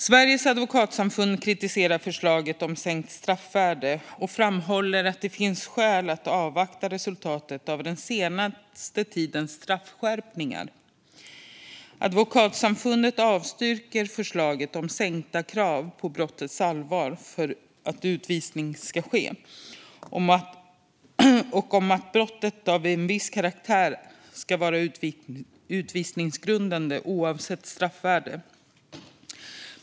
Sveriges advokatsamfund kritiserar förslaget om sänkt straffvärde och framhåller att det finns skäl att avvakta resultatet av den senaste tidens straffskärpningar. Advokatsamfundet avstyrker förslaget om sänkta krav på brottets allvar för att utvisning ska få ske och om att brott av viss karaktär ska vara utvisningsgrundande oavsett straffvärde.